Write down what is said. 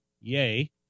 Yay